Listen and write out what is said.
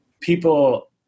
people